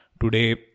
Today